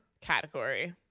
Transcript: category